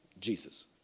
Jesus